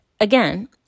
Again